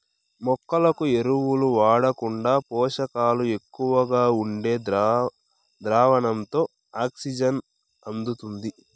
మొక్కలకు ఎరువులు వాడకుండా పోషకాలు ఎక్కువగా ఉండే ద్రావణంతో ఆక్సిజన్ అందుతుంది